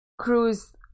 cruise